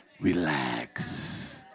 Relax